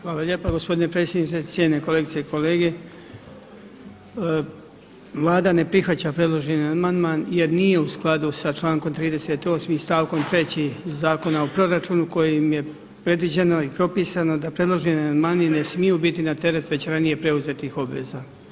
Hvala lijepa gospodine predsjedniče, cijenjene kolegice i kolege Vlada ne prihvaća predloženi amandman jer nije u skladu sa člankom 38. stavkom 3. Zakona o proračunu kojim je predviđeno i propisano da preloženi amandmani ne smiju biti na teret već ranije preuzetih obveza.